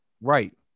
right